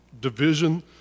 division